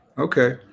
okay